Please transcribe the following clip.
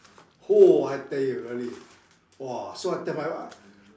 !woo! I tell you really !wah! so I tell my wife